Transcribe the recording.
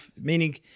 meaning